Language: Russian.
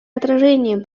отражением